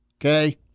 okay